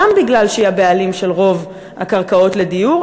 גם מפני שהיא הבעלים של רוב הקרקעות לדיור,